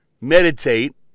meditate